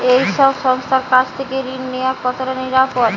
এই সব সংস্থার কাছ থেকে ঋণ নেওয়া কতটা নিরাপদ?